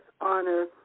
honor